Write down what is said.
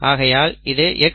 ஆகையால் இது XaY